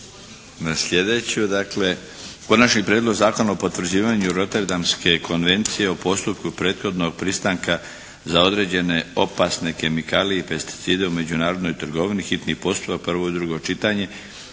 na sljedeći. - Konačni prijedlog zakona o potvrđivanju Roterdamske konvencije o postupku prethodnog pristanka za određene opasne kemikalije i pesticide u međunarodnoj trgovini – hitni postupak, prvo i drugo čitanje,